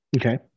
okay